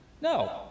No